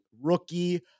Rookie